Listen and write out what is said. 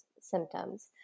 symptoms